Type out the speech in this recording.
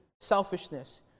Selfishness